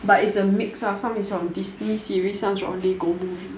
but it's a mix ah some is from Disney series some is from Lego movie